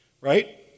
Right